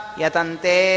Yatante